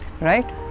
right